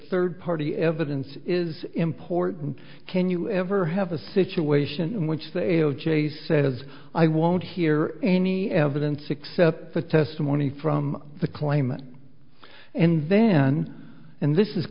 third party evidence is important can you ever have a situation in which they o j says i won't hear any evidence except for testimony from the claimant and then and this is